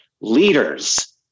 Leaders